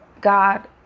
God